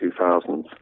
2000s